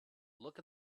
look